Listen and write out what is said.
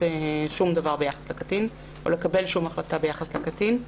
שום דבר ביחס לקטין או לקבל שום החלטה ביחס לקטין.